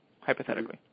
hypothetically